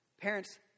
Parents